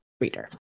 Reader